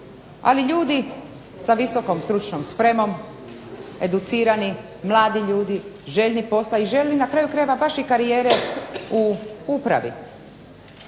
Ali ljudi sa VSS, educirani, mladi ljudi, željni posla i željni na kraju krajeva baš i karijere u upravi,